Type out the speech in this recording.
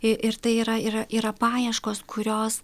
ir tai yra yra yra paieškos kurios